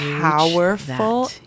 powerful